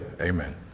Amen